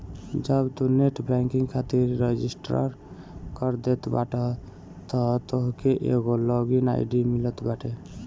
जब तू net banking खातिर रजिस्टर कर देत बाटअ तअ तोहके एगो लॉग इन आई.डी मिलत बाटे